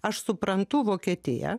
aš suprantu vokietiją